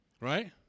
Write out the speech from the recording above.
right